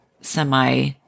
semi